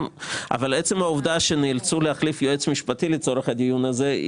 אבל עצם העובדה שנאלצו להחליף יועץ משפטי לצורך הדיון הזה.